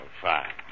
fine